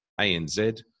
anz